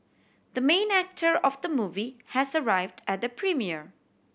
the main actor of the movie has arrived at the premiere